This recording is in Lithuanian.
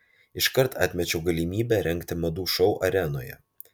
iškart atmečiau galimybę rengti madų šou arenoje